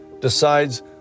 Decides